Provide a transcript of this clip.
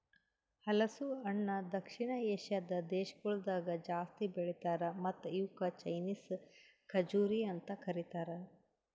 ಹಲಸು ಹಣ್ಣ ದಕ್ಷಿಣ ಏಷ್ಯಾದ್ ದೇಶಗೊಳ್ದಾಗ್ ಜಾಸ್ತಿ ಬೆಳಿತಾರ್ ಮತ್ತ ಇವುಕ್ ಚೈನೀಸ್ ಖಜುರಿ ಅಂತ್ ಕರಿತಾರ್